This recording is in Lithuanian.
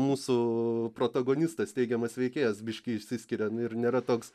mūsų protagonistas teigiamas veikėjas biškį išsiskiria ir nėra toks